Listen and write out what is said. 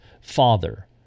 father